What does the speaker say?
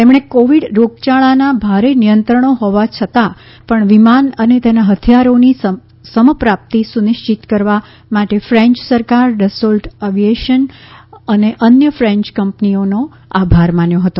તેમણે કોવિડ રોગયાળાનાં ભારે નિયંત્રણો હોવા છતાં પણ વિમાનઅને તેના હથિયારોની સમપ્રાપ્તિ સુનિશ્ચિત કરવા માટે ફેન્ચ સરકાર ડસોલ્ટ એવિએશન અનેઅન્ય ફેન્ચ કંપનીઓનો આભાર માન્યો હતો